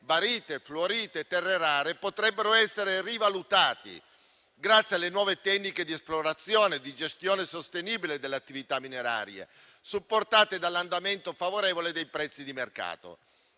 barite, fluorite e terre rare potrebbero essere rivalutati grazie alle nuove tecniche di esplorazione e di gestione sostenibile delle attività minerarie, supportate dall'andamento favorevole dei prezzi di mercato.